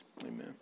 Amen